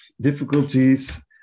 difficulties